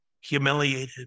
humiliated